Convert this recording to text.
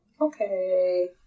Okay